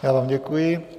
Já vám děkuji.